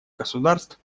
государств